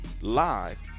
live